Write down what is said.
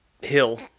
Hill